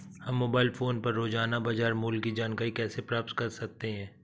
हम mobile phone पर रोजाना बाजार मूल्य की जानकारी कैसे प्राप्त कर सकते हैं?